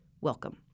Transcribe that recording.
Welcome